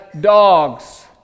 dogs